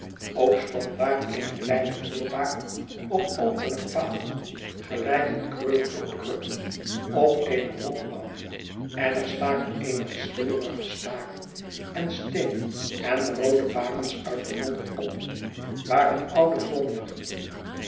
ook stond daar eene kleine vuurbaak op opene palen gelijk een kreupele op krukken op eene modderbank en er staken eenige slibberige staken en steenen en roode bakens uit de modder op waar een oude